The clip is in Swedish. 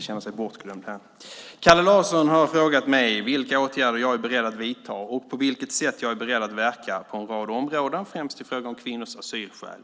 Herr talman! Kalle Larsson har frågat mig vilka åtgärder jag är beredd att vidta, och på vilket sätt jag är beredd att verka, på en rad områden främst i fråga om kvinnors asylskäl.